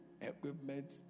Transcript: equipment